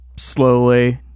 slowly